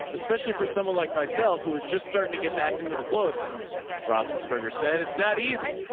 especially for someone like myself who is just starting to get back into the flow of things rothenberger said, it's not easy,